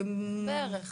בערך?